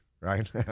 right